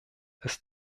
ist